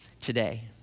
today